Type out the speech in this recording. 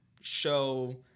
show